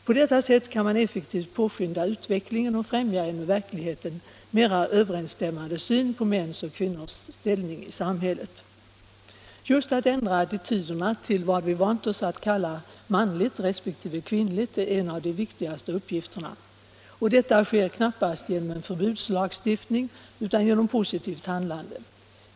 På detta sätt kan man effektivt påskynda utvecklingen och främja en med verkligheten mera överensstämmande syn på mäns och kvinnors ställning i samhället. Just att ändra attityderna till vad vi vant oss att kalla manligt respektive kvinnligt är en av de viktigaste uppgifterna. Det sker knappast genom en förbudslagstiftning, utan genom positivt handlande.